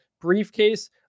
briefcase